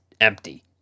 empty